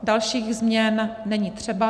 Dalších změn není třeba.